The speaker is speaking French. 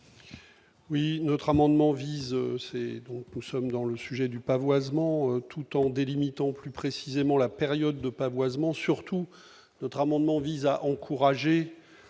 Oui, notre amendement vise c'est donc nous sommes dans le sujet du pavoisement tout en délimitant plus précisément la période de pavoisement surtout notre amendement vise à encourager